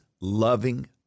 loving